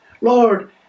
Lord